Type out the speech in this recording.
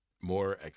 more